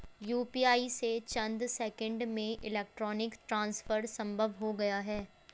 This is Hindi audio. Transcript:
यूपीआई से चंद सेकंड्स में इलेक्ट्रॉनिक ट्रांसफर संभव हो गया है